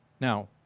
now